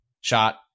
shot